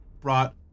brought